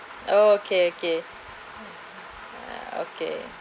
oh okay okay uh okay